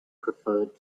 preferred